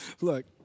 Look